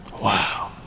Wow